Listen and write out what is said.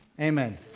amen